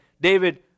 David